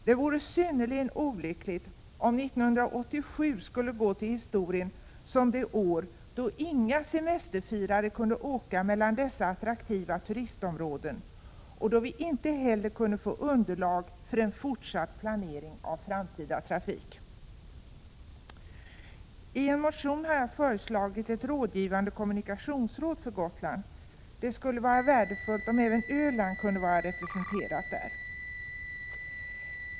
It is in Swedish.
Det vore synnerligen olyckligt om 1987 skulle gå till historien som det år då inga semesterfirare kunde åka mellan dessa attraktiva turistområden och då vi inte heller kunde få underlag för en fortsatt planering för en framtida trafik. I en motion har jag föreslagit ett rådgivande kommunikationsråd för Gotland. Det skulle vara värdefullt om även Öland vore representerat där.